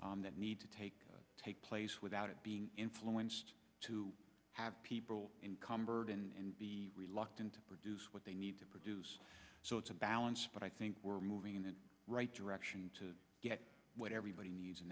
a that need to take take place without it being influenced to have people in cumbered and be reluctant to produce what they need to produce so it's a balance but i think we're moving in the right direction to get what everybody needs in